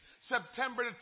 September